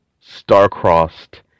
star-crossed